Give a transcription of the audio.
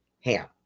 ham